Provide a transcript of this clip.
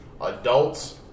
adults